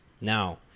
Now